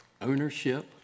ownership